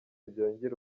byongera